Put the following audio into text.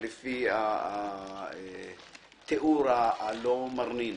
לפי התיאור הלא מרנין.